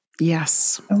Yes